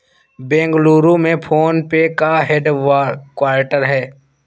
बेंगलुरु में PhonePe का headquarter हैं